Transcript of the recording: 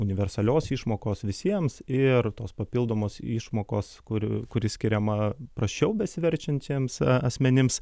universalios išmokos visiems ir tos papildomos išmokos kuri kuri skiriama prasčiau besiverčiantiems asmenims